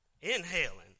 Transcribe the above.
Inhaling